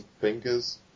fingers